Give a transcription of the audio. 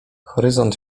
horyzont